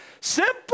Simple